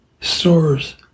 stores